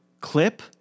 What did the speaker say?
clip